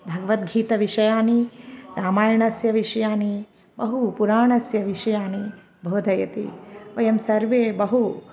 भगवद्गीता विषयाः रामायणस्य विषयाः बहु पुराणस्य विषयाः बोधयति वयं सर्वे बहु